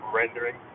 rendering